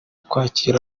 kwakira